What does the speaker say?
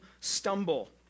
stumble